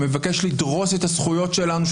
שמבקש לדרוס את הזכויות שלנו,